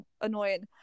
annoying